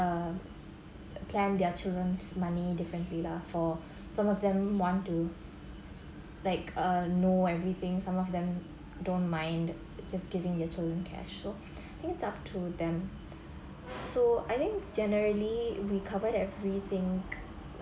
uh plan their children's money differently lah for some of them want to like uh know everything some of them don't mind just giving their children cash loh think it's up to them so I think generally we covered everything